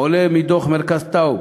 עולה מדוח מרכז טאוב